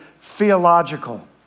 theological